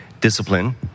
discipline